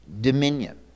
dominion